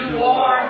war